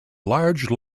large